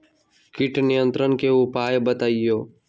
किट नियंत्रण के उपाय बतइयो?